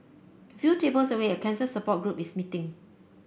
a few tables away a cancer support group is meeting